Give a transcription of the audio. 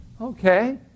Okay